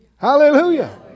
Hallelujah